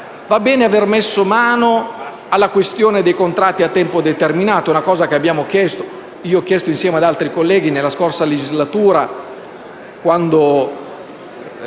va bene aver messo mano alla questione dei contratti a tempo determinato,